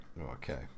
Okay